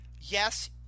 yes